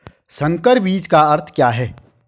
संकर बीज का अर्थ क्या है?